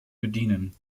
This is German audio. bedienen